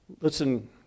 Listen